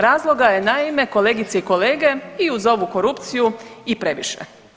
Razloga je naime, kolegice i kolege, i uz ovu korupciju i previše.